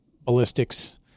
ballistics